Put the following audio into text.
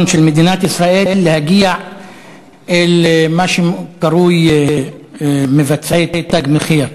של מדינת ישראל להגיע אל מה שקרוי מבצעי "תג מחיר".